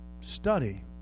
Study